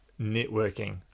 networking